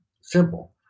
simple